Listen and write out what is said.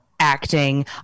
Acting